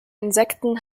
insekten